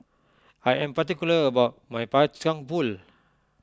I am particular about my Kacang Pool